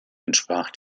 entsprach